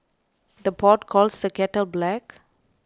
the pot calls the kettle black